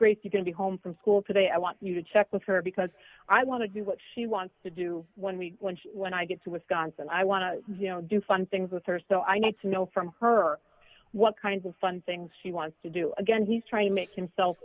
can be home from school today i want you to check with her because i want to do what she wants to do when we when she when i get to wisconsin i want to you know do fun things with her so i need to know from her what kinds of fun things she wants to do again he's trying to make himself